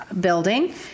building